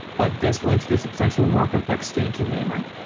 but this will introduce a potentially more complexity into namer.